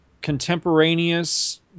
contemporaneous